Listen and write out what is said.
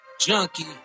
Junkie